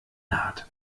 naht